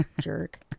Jerk